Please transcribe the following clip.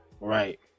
Right